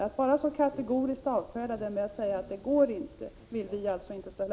Att bara kategoriskt avfärda förslaget med att säga att ”det går inte” vill vi inte ställa